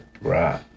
Right